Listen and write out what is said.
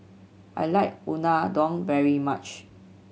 I like Unadon very much